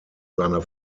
seiner